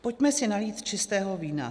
Pojďme si nalít čistého vína.